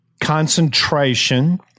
concentration